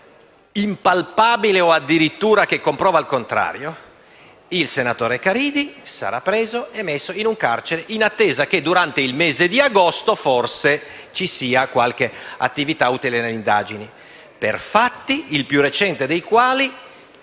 impalpabile o addirittura che comprova il contrario, il senatore Caridi sarà preso e messo in un carcere, in attesa che, durante il mese di agosto, forse, vi sia qualche attività utile alle indagini per fatti il più recente dei quali